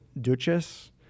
Duchess